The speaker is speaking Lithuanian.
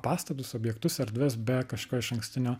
pastatus objektus erdves be kažkokio išankstinio